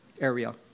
area